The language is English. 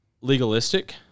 legalistic